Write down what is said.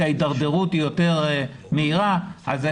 ההידרדרות היא יותר מהירה ואם היא בבית,